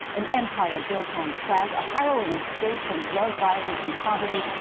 an empire built on trash, a harrowing escape from drug violence and poverty,